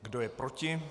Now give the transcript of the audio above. Kdo je proti?